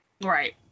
right